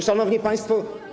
Szanowni Państwo!